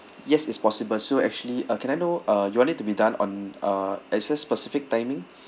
yes it's possible so actually uh can I know uh you want it to be done on uh assess specific timing